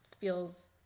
feels